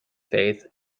faith